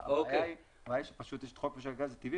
הבעיה היא שיש את חוק משק הגז הטבעי